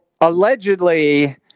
allegedly